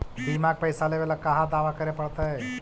बिमा के पैसा लेबे ल कहा दावा करे पड़तै?